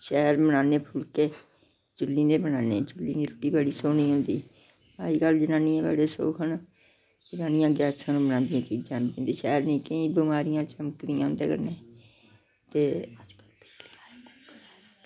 शैल बनान्ने फुलके चुल्ली दे बनान्ने चुल्ली दी रुट्टी बड़ी सोह्नी होंदी अजकल्ल जनानियां बड़े सुख न जनानियां गैसा र बनांदियां चीजां बिंद शैल निं केईं बमारियां चमकदियां उंदे कन्नै